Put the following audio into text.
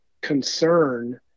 concern